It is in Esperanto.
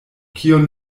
kion